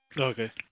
Okay